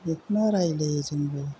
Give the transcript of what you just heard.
बेखौनो रायलायो जोंबो